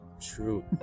True